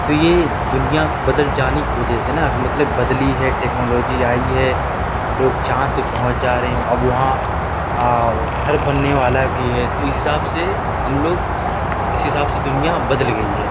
تو یہ دنیا کہ بدل جانے کہ وجہ سے نا کہ مطلب بدلی ہے ٹیکنالوجی آئی ہے لوگ چاند پر پہونچ جا رہے ہیں اب وہاں گھر بننے والا بھی ہے تو اس حساب سے ہم لوگ اس حساب سے دنیا بدل گئی ہے